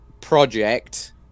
Project